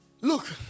Look